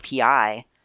API